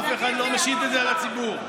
תקרא מה כתוב.